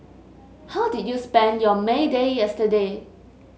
how did you spend your May Day yesterday